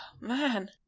man